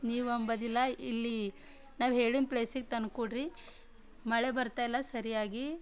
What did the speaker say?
ನೀವಂಬೊದಿಲ್ಲ ಇಲ್ಲಿ ನಾವು ಹೇಳಿನ ಪ್ಲೇಸ್ಗೆ ತಂದು ಕೊಡಿರಿ ಮಳೆ ಬರ್ತಾ ಇಲ್ಲ ಸರಿಯಾಗಿ